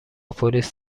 پلیس